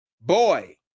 boy